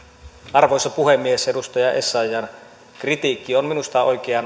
arvoisa puhemies edustaja essayahn kritiikki on minusta oikeaan